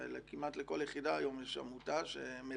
כמעט לכל יחידה היום יש עמותה שמלווה.